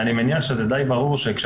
אני מניח שזה די ברור שעכשיו,